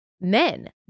men